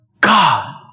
God